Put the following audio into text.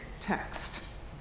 text